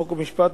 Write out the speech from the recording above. חוק ומשפט,